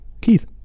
Keith